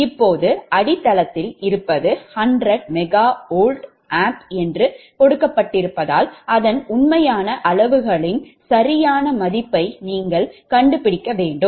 இப்போது அடித்தளதில் இருப்பது 100MVA என்று கொடுக்கப்பட்டிருப்பதால் அதன் உண்மையான அளவுகளின் சரியான மதிப்பை நீங்கள் கண்டுபிடிக்க வேண்டும்